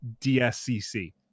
DSCC